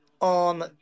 on